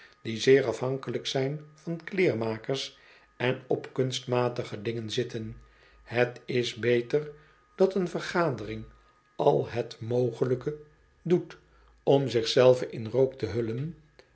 die zeer afhankelijk zijn van kleerenmakers en op kunstmatige dingen zitten het is beter dat een vergadering al het mogelijke doet om zich zelve in rook te hullen